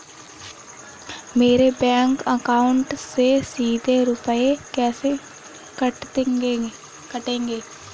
मेरे bank account से सीधे रुपए कैसे कटेंगे?